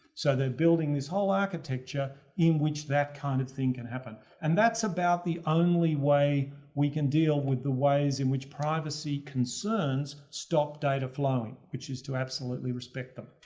so they're building this whole architecture in which that kind of thing can happen. and that's about the only way we can deal with the ways in which privacy concerns stop data flowing, which is to absolutely respect them.